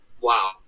Wow